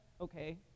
okay